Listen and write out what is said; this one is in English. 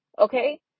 okay